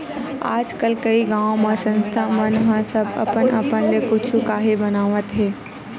आजकल कइ गाँव म संस्था मन ह सब अपन अपन ले कुछु काही बनावत हे